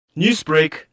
Newsbreak